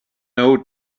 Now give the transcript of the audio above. old